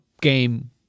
game